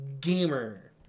Gamer